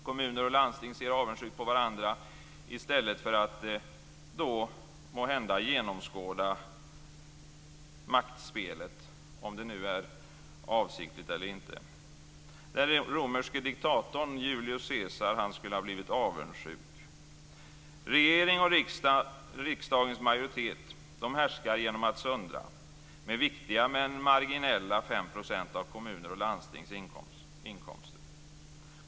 Kommuner och landsting ser avundsjukt på varandra i stället för att måhända genomskåda maktspelet, om det nu är avsiktligt eller inte. Den romerske diktatorn Julius Caesar skulle ha blivit avundsjuk. Regeringen och riksdagens majoritet härskar genom att söndra med viktiga men marginella 5 % av kommuners och landstings inkomster.